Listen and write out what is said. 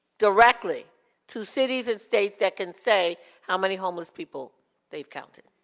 directly to cities and states that can say how many homeless people they've counted.